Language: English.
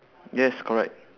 yes correct